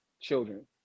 children